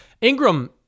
Ingram